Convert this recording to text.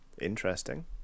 interesting